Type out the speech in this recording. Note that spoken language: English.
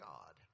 God